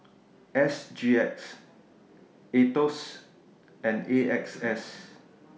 S G X Aetos and A X S